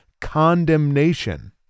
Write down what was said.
condemnation